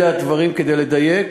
כדי לדייק,